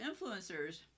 influencers